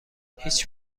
هیچ